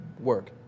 work